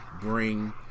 bring